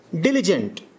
diligent